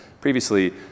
previously